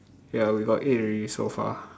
ya we got eight already so far